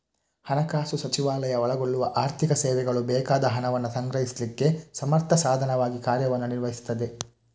ಹಣಕಾಸು ಸಚಿವಾಲಯ ಒಳಗೊಳ್ಳುವ ಆರ್ಥಿಕ ಸೇವೆಗಳು ಬೇಕಾದ ಹಣವನ್ನ ಸಂಗ್ರಹಿಸ್ಲಿಕ್ಕೆ ಸಮರ್ಥ ಸಾಧನವಾಗಿ ಕಾರ್ಯವನ್ನ ನಿರ್ವಹಿಸ್ತದೆ